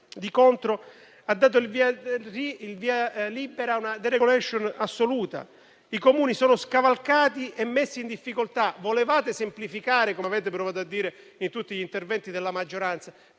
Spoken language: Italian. di contro, ha dato il via libera a una *deregulation* assoluta. I Comuni sono scavalcati e messi in difficoltà. Se volevate semplificare, come avete provato a dire in tutti gli interventi della maggioranza,